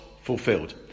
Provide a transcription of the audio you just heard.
fulfilled